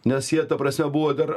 nes jie ta prasme buvo dar